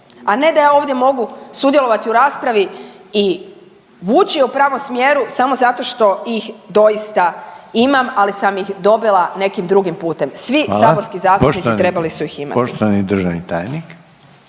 a ne da ja ovdje mogu sudjelovati u raspravi i vući u pravom smjeru samo zato što ih doista imam ali sam ih dobila nekim drugim putem. Svi saborski zastupnici trebali su ih imati.